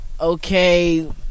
okay